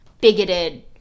bigoted